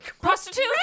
prostitute